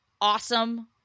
awesome